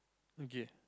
again